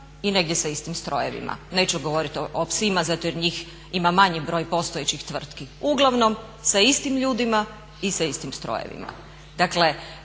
i negdje sa istim strojevima. Neću govoriti o psima zato jer njih ima manji broj postojećih tvrtki. Uglavnom sa istim ljudima i sa istim strojevima. Dakle,